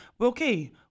Okay